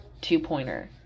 two-pointer